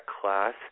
class